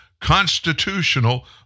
constitutional